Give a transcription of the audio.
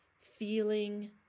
feeling